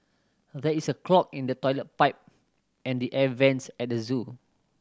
there is a clog in the toilet pipe and the air vents at the zoo